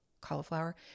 cauliflower